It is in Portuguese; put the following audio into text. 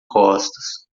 costas